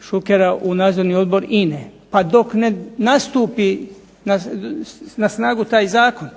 Šukera u nadzorni odbor INA-e. A dok ne nastupi na snagu taj zakon